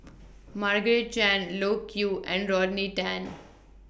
Margaret Chan Loke Yew and Rodney Tan